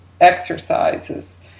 exercises